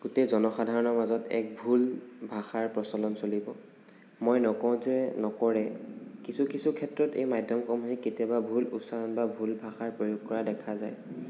গোটেই জনসাধাৰণৰ মাজত এক ভুল ভাষাৰ প্ৰচলন চলিব মই নকওঁ যে নকৰে কিছু কিছু ক্ষেত্ৰত এই মাধ্য়মসমূহে কেতিয়াবা ভুল উচ্চাৰণ বা ভুল ভাষাৰ প্ৰয়োগ কৰা দেখা যায়